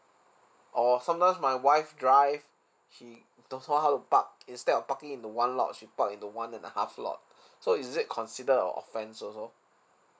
or sometimes my wife drive he don't know how to park instead of parking into one lot she park into one and a half lot so is it considered an offence also